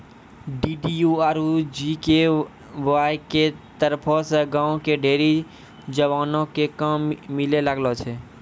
DDU आरु GKY के तरफो से गांव के ढेरी जवानो क काम मिलै लागलो छै